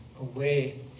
away